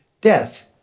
death